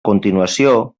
continuació